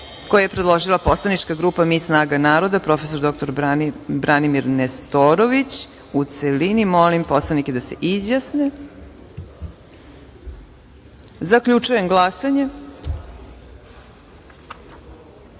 koji je predložila poslanička grupa Mi snaga naroda – prof. dr Branimir Nestorović, u celini. Molim da se izjasnite. Zaključujem glasanje: